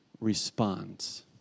responds